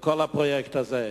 בכל הפרויקט הזה.